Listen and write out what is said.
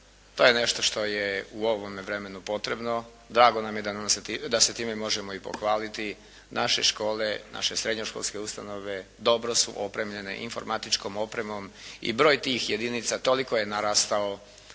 To je nešto što je u ovom vremenu potrebno. Drago nam je da se time možemo pohvaliti. Naše škole, naše srednjoškolske ustanove dobro su opremljene informatičkom opremom i broj tih jedinica toliko je narastao